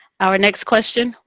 our next question.